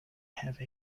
have